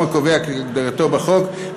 מהיום הקובע כהגדרתו בחוק,